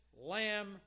lamb